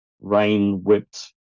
rain-whipped